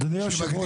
אדוני היושב-ראש,